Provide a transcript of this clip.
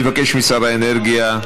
אני מבקש משר האנרגיה,